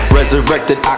Resurrected